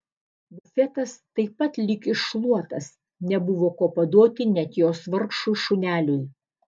bufetas taip pat lyg iššluotas nebuvo ko paduoti net jos vargšui šuneliui